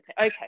Okay